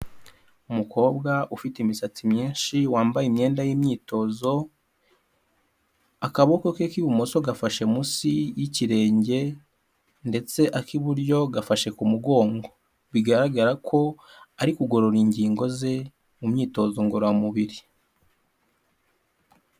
Umukobwa ufite imisatsi myinshi wambaye imyenda y'imyitozo, akaboko ke k'ibumoso gafashe munsi y'ikirenge ndetse ak'iburyo gafashe ku mugongo bigaragara ko ari kugorora ingingo ze mu myitozo ngororamubiri.